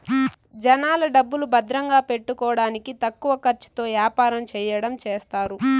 జనాల డబ్బులు భద్రంగా పెట్టుకోడానికి తక్కువ ఖర్చుతో యాపారం చెయ్యడం చేస్తారు